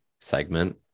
segment